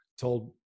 told